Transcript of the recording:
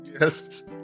yes